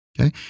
Okay